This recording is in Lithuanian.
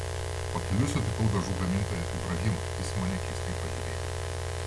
pakeliui sutikau dažų gamintoją ibrahimą jis į mane keistai pažiūrėjo